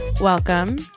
Welcome